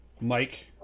mike